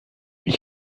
ich